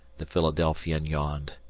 the philadelphian yawned.